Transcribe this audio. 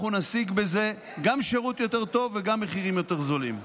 אנחנו נשיג בזה גם שירות טוב יותר וגם מחירים זולים יותר.